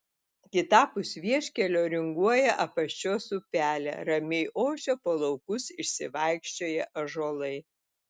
kitapus vieškelio ringuoja apaščios upelė ramiai ošia po laukus išsivaikščioję ąžuolai